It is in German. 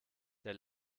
der